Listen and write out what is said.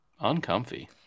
Uncomfy